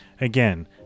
Again